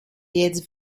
jetzt